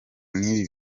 n’ibi